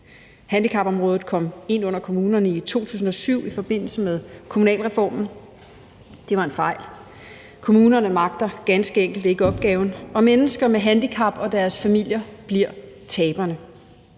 Handicapområdet kom ind under kommunerne i 2007 i forbindelse med kommunalreformen – det var en fejl. Kommunerne magter ganske enkelt ikke opgaven, og mennesker med handicap og deres familier bliver taberne.